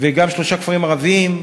גם בשלושה כפרים ערביים.